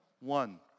one